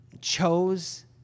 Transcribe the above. chose